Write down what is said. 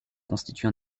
constitue